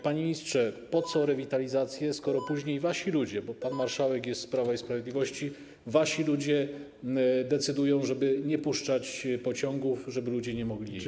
Panie ministrze, po co rewitalizacje, skoro później wasi ludzie, bo pan marszałek jest z Prawa i Sprawiedliwości, decydują, żeby nie puszczać pociągów, żeby ludzie nie mogli jeździć?